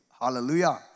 hallelujah